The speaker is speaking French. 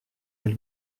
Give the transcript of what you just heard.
elle